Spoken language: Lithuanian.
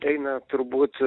eina turbūt